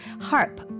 harp